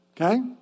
Okay